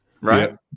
right